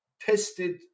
tested